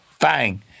bang